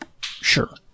Sure